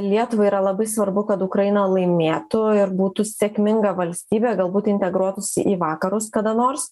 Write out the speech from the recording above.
lietuvai yra labai svarbu kad ukraina laimėtų ir būtų sėkminga valstybė galbūt integruotųsi į vakarus kada nors